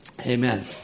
amen